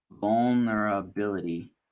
vulnerability